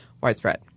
widespread